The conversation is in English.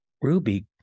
Ruby